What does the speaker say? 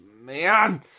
man